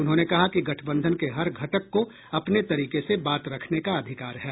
उन्होंने कहा कि गठबंधन के हर घटक को अपने तरीके से बात रखने का अधिकार है